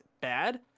bad